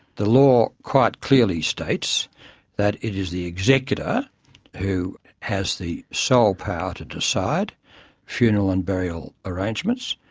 the law quite clearly states that it is the executor who has the sole power to decide funeral and burial arrangements.